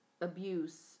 abuse